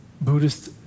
Buddhist